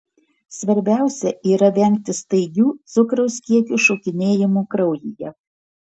svarbiausia yra vengti staigių cukraus kiekio šokinėjimų kraujyje